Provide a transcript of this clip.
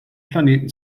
planeten